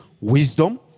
Wisdom